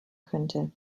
könnte